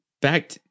back